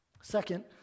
Second